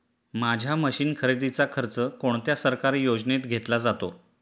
माझ्या मशीन खरेदीचा खर्च कोणत्या सरकारी योजनेत घेतला जातो?